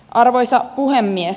arvoisa puhemies